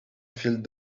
filled